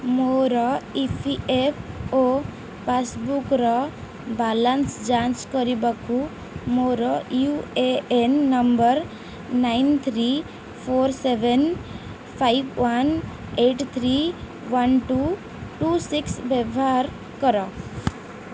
ମୋର E P F O ପାସ୍ବୁକ୍ର balance ଯାଞ୍ଚ କରିବାକୁ ମୋର U A N number nine three four seven five one eight three one two two six ବ୍ୟବହାର କର